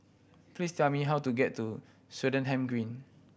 please tell me how to get to Swettenham Green